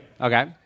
Okay